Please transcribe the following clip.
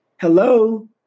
Hello